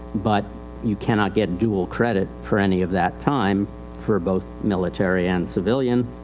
but you cannot get dual credit for any of that time for both military and civilian.